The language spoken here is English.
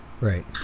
Right